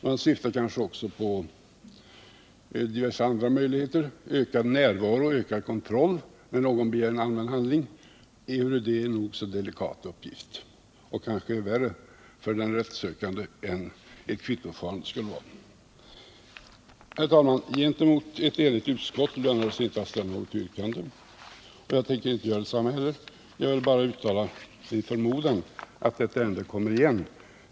Man syftar också kanske på diverse andra möjligheter — ökad närvaro, ökad kontroll när någon begär en allmän handling, ehuru det är en nog så delikat uppgift och kanske är värre för den rättssökande än ett kvittoförfarande skulle vara. Herr talman! Gentemot ett enigt utskott lönar det sig inte att ställa något yrkande, och jag tänker inte heller göra det. Jag vill bara uttala en förmodan att detta ärende kommer igen.